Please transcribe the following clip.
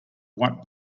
white